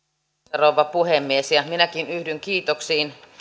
rouva puhemies minäkin yhdyn kiitoksiin